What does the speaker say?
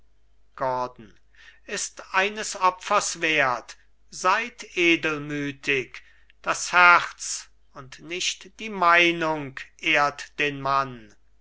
gordon ist eines opfers wert seid edelmütig das herz und nicht die meinung ehrt den mann